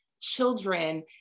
children